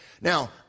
Now